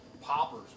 poppers